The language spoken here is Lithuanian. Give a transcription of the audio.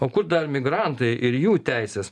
o kur dar migrantai ir jų teisės